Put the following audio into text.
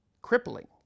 crippling